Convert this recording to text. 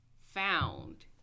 found